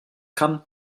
kann